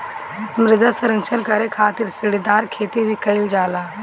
मृदा संरक्षण करे खातिर सीढ़ीदार खेती भी कईल जाला